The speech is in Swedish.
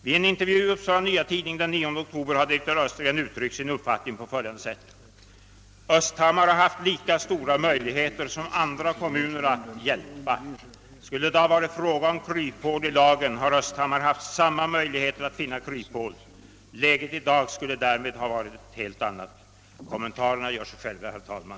I en intervju i Upsala Nya Tidning den 9 oktober har direktören för företaget uttryckt sin uppfattning på följande sätt: »Östhammar har haft lika stora möjligheter som andra kommuner att hjälpa. Skulle det ha varit fråga om kryphål i lagen har Östhammar haft samma möjligheter att finna kryphål. Läget i dag skulle därmed ha varit helt annat.» Kommentarerna ger sig själva, herr talman.